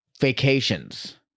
vacations